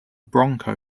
bronco